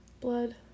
Blood